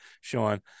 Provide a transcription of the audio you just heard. sean